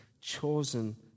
chosen